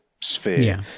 sphere